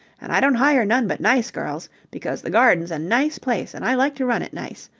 and i don't hire none but nice girls, because the garden's a nice place, and i like to run it nice.